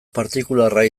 partikularra